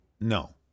No